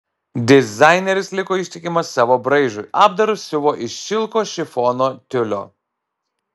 dizaineris liko ištikimas savo braižui apdarus siuvo iš šilko šifono tiulio